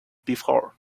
before